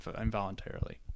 involuntarily